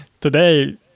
today